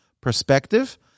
perspective